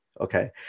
okay